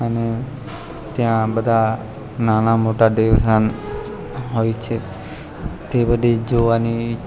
અને ત્યાં બધા નાના મોટા દેવસાન હોય છે તે બધી જોવાની